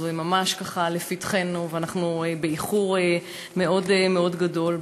זה ממש לפתחנו, ואנחנו באיחור מאוד מאוד גדול.